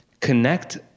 connect